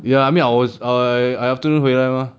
ya I mean I was I I afternoon 回来 mah